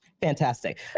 Fantastic